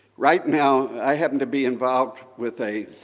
right now i happen to be involved with a